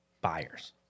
buyers